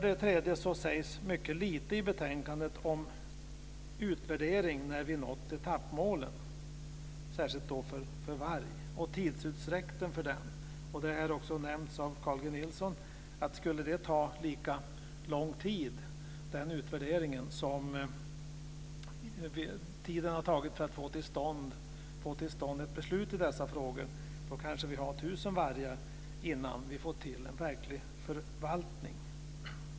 Det sägs mycket lite i betänkandet om en utvärdering när vi nått etappmålen, särskilt för varg, och om tidsutdräkten för den. Det har också nämnts av Carl G Nilsson att om utvärderingen skulle ta lika lång tid som det har tagit att få till stånd ett beslut i dessa frågor, kanske vi har 1 000 vargar innan vi får till en verklig förvaltning.